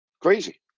Crazy